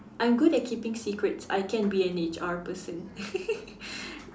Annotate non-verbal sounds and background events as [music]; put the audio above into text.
I'm good at keeping secrets I can be an H_R person [laughs]